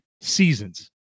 seasons